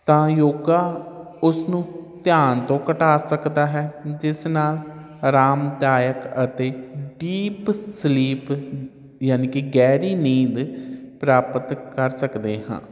ਤਾਂ ਯੋਗਾ ਉਸਨੂੰ ਧਿਆਨ ਤੋਂ ਘਟਾ ਸਕਦਾ ਹੈ ਜਿਸ ਨਾਲ ਅਰਾਮਦਾਇਕ ਅਤੇ ਡੀਪ ਸਲੀਪ ਯਾਨੀ ਕਿ ਗਹਿਰੀ ਨੀਂਦ ਪ੍ਰਾਪਤ ਕਰ ਸਕਦੇ ਹਾਂ